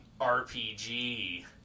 RPG